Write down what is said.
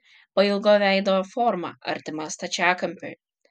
pailgo veido forma artima stačiakampiui